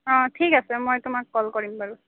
অ ঠিক আছে মই তোমাক ক'ল কৰিম বাৰু